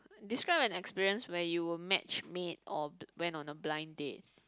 describe an experience where you were match made or bl~ went on a blind date